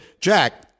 Jack